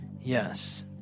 yes